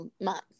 month